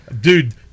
Dude